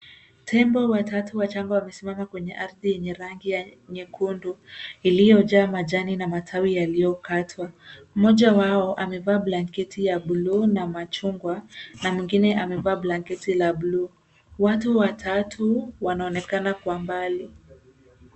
Tembo watatu wachanga wamesimama kwenye ardhi yenye rangi ya nyekundu iliyojaa majani na matawi yaliyokatwa. Mmoja wao amevaa blanketi ya buluu na machungwa na mwingine amevaa blanketi la buluu. Watu watatu wanaonekana kwa mbali.